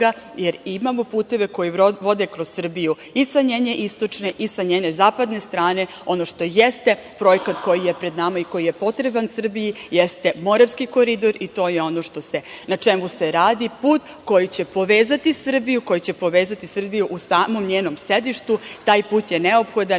jer imamo puteve koje vode kroz Srbiju i sa njene istočne i sa njene zapadne strane. Ono što jeste projekat koji je pred nama i koji je potreban Srbiji, jeste Moravski koridor i to je ono na čemu se radi, put koji će povezati Srbiju, koji će povezati Srbiju u samom njenom sedištu. Taj put je neophodan,